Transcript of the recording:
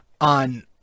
on